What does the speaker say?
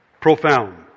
Profound